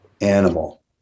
animal